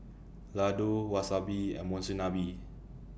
Ladoo Wasabi and Monsunabe